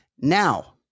Now